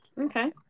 Okay